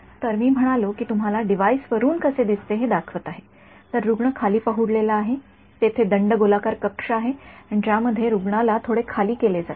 तर मी म्हणालो की मी तुम्हाला डिव्हाइस वरून कसे दिसते हे दाखवत आहे तर रुग्ण खाली पहुडलेला आहे आणि तेथे दंडगोलाकार कक्ष आहे आणि ज्यामध्ये रुग्णाला थोडे खाली केले जाते